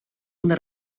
una